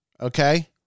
Okay